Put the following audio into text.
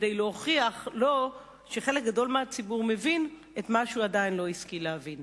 כדי להוכיח לו שחלק גדול מהציבור מבין את מה שהוא עדיין לא השכיל להבין.